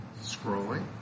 scrolling